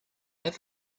have